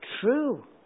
true